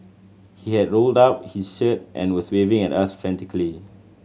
he had rolled up his shirt and was waving at us frantically